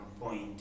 point